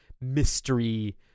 mystery